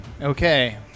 Okay